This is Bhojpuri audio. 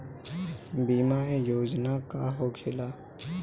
बीमा योजना का होखे ला?